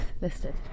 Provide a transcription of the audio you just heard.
listed